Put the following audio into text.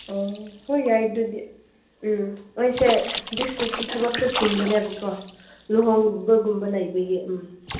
ꯑꯣ ꯍꯣꯏ ꯌꯥꯏ ꯑꯗꯨꯗꯤ ꯎꯝ ꯑꯩꯁꯦ ꯗꯤꯁ ꯋꯤꯛꯇꯤ ꯊꯕꯛꯁꯦ ꯆꯤꯟꯕꯅꯦꯕꯀꯣ ꯂꯨꯍꯣꯡꯕꯒꯨꯝꯕ ꯂꯩꯕꯒꯤ ꯎꯝ